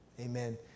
Amen